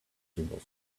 single